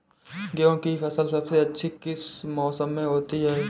गेंहू की फसल सबसे अच्छी किस मौसम में होती है?